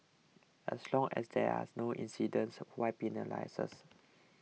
as long as there are no incident why penalise us